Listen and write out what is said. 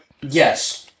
yes